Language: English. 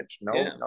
no